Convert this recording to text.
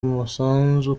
umusanzu